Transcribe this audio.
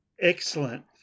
Excellent